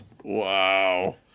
wow